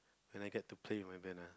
when I get to play with my band ah